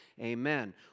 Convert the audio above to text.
amen